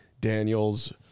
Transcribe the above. Daniels